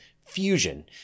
fusion